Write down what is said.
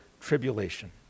tribulation